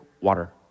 water